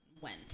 went